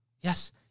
Yes